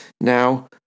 Now